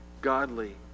godly